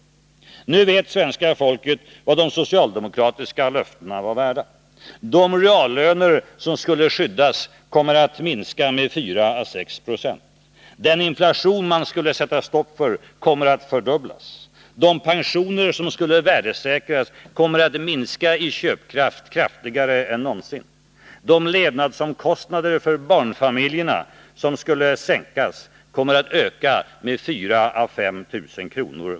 Nu vet svenska folket vad de socialdemokratiska löftena var värda. De reallöner som skulle skyddas kommer att minska med 4 å 6 96. Den inflation man skulle sätta stopp för kommer att fördubblas. De pensioner som skulle värdesäkras kommer att minska i köpkraft mera än någonsin. De levnadskostnader för barnfamiljerna som skulle sänkas kommer att öka med 4 000 å 5 000 kr.